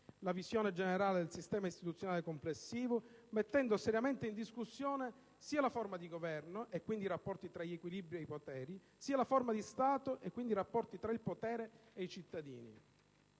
la visione generale del sistema istituzionale complessivo, mettendo seriamente in discussione sia la forma di governo, e quindi i rapporti tra gli equilibri e i poteri, sia la forma di Stato, e quindi i rapporti tra il potere e i cittadini.